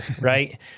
right